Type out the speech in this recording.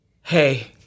Hey